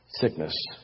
Sickness